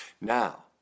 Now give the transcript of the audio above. now